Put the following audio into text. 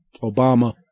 Obama